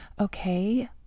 Okay